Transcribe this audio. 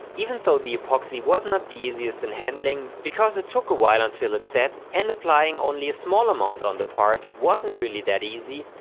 even though the epoxy was not the easiest in handling, because it took a while until it set and applying only a small amount on the part wasn't really that easy,